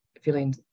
feeling